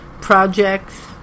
projects